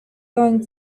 going